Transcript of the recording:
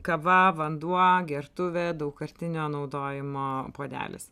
kava vanduo gertuvė daugkartinio naudojimo puodelis